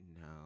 No